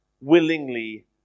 willingly